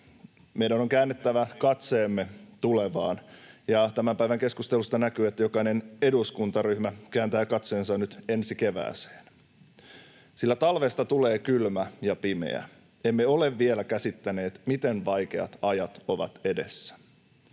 Meidän on käännettävä katseemme tulevaan, ja tämän päivän keskustelusta näkyy, että jokainen eduskuntaryhmä kääntää katseensa nyt ensi kevääseen, sillä talvesta tulee kylmä ja pimeä. Emme ole vielä käsittäneet, miten vaikeat ajat ovat edessä.